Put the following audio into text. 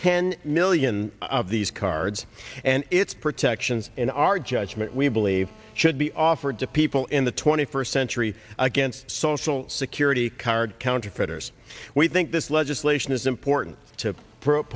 ten million of these cards and it's protections in our judgment we believe should be offered to people in the twenty first century against social security card counterfeiters we think this legislation is important to pro